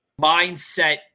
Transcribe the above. mindset